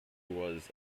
was